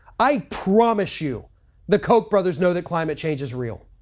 i promise you the koch brothers know that climate change is real.